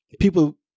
people